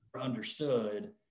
understood